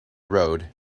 road